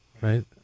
Right